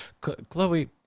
chloe